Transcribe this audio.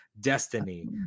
destiny